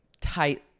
tight